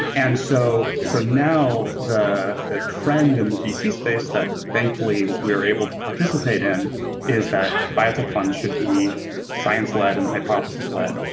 and so so now the the trend in the vc space that thankfully we were able to participate in is that biotech fund should be science led and hypothesis led.